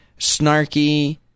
snarky